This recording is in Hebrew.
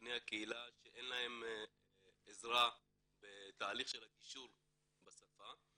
בני הקהילה שאין להם עזרה בתהליך הגישור בשפה,